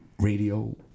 radio